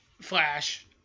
Flash